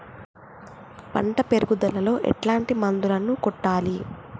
పంట పెరుగుదలలో ఎట్లాంటి మందులను కొట్టాలి?